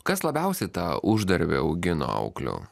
kas labiausiai tą uždarbį augino auklių